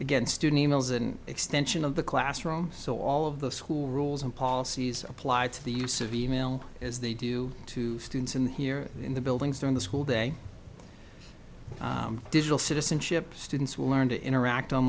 again student e mails an extension of the classroom so all of the school rules and policies apply to the use of e mail as they do to students in here in the buildings during the school day digital citizenship students will learn to interact on